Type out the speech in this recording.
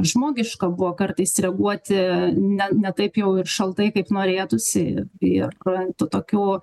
žmogiška buvo kartais reguoti ne ne taip jau ir šaltai kaip norėtųsi ir tų tokių